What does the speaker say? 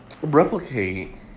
replicate